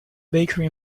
bakery